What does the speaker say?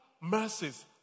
mercies